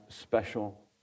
special